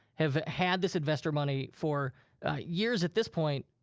have had this investor money for years, at this point,